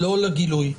לא לגילוי.